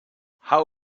how